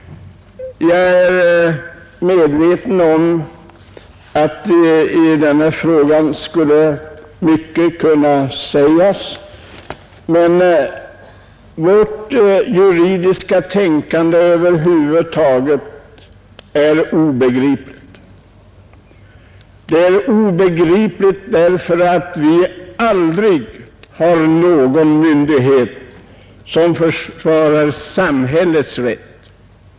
Jag är medveten om att i denna fråga skulle mycket kunna sägas. Det juridiska tänkandet över huvud taget är obegripligt. Det är obegripligt därför att vi inte i något avseende har en myndighet som försvarar samhällets rätt.